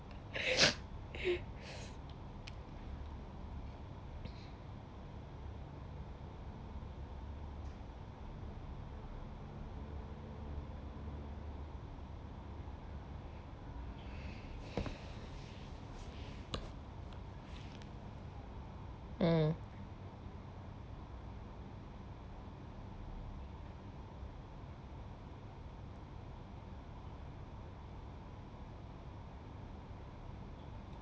mm